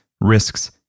risks